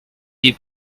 die